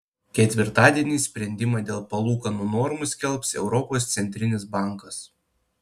ketvirtadienį sprendimą dėl palūkanų normų skelbs europos centrinis bankas